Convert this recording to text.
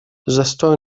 застой